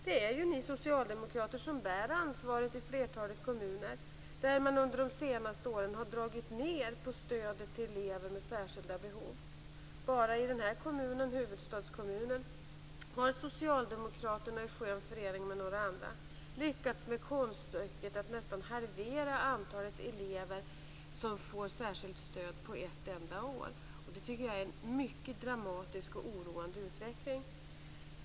Det är ni socialdemokrater som bär ansvaret i flertalet kommuner där man under de senaste åren har dragit ned på stödet till elever med särskilda behov. Bara i den här kommunen - huvudstadskommunen - har socialdemokraterna i skön förening med några andra lyckats med konststycket att på ett enda år nästan halvera antalet elever som får särskilt stöd. Det tycker jag är en mycket dramatisk och oroande utveckling.